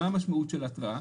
מה המשמעות של התראה?